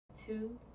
two